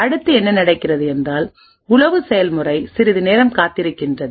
அடுத்து என்ன நடக்கிறது என்றால் உளவு செயல்முறை சிறிது நேரம் காத்திருக்கிறது